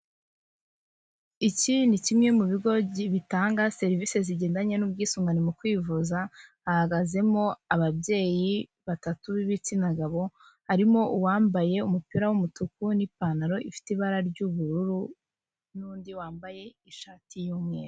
Iki ni kimwe mu bigo bitanga serivisi zigendanye n'ubwisungane mu kwivuza hahagazemo ababyeyi batatu b'ibitsina gabo, harimo uwambaye umupira w'umutuku n'ipantaro ifite ibara ry'ubururu n'undi wambaye ishati y'umweru.